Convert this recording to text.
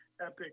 epic